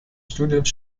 studiums